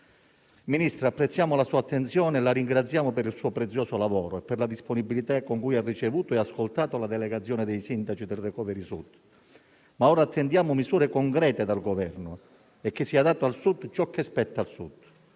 Ministra, apprezziamo la sua attenzione e la ringraziamo per il suo prezioso lavoro e per la disponibilità con cui ha ricevuto e ascoltato la delegazione dei sindaci del *Recovery* Sud, ma ora attendiamo misure concrete dal Governo e che sia dato al Sud ciò che gli spetta. Un Sud